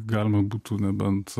galima būtų nebent